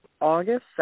August